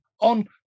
on